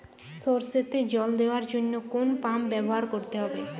সরষেতে জল দেওয়ার জন্য কোন পাম্প ব্যবহার করতে হবে?